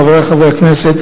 חברי חברי הכנסת,